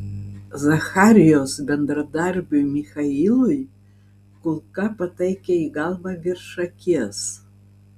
zacharijos bendradarbiui michailui kulka pataikė į galvą virš akies